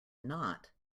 not